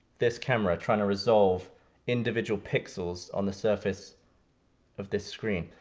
this camera, trying to resolve individual pixels on the surface of this screen.